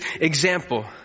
example